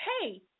hey